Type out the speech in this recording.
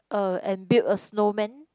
uh and build a snowman